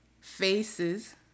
faces